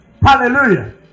hallelujah